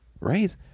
Right